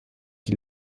die